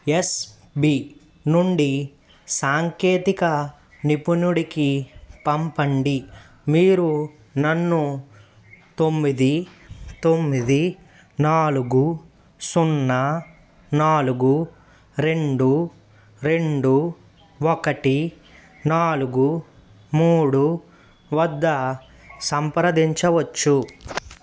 yes B నుండి సాంకేతిక నిపుణుడికి పంపండి మీరు నన్ను తొమ్మిది తొమ్మిది నాలుగు సున్నా నాలుగు రెండు రెండు ఒకటి నాలుగు మూడు వద్ద సంప్రదించవచ్చు